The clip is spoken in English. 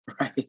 right